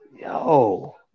Yo